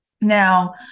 Now